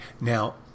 Now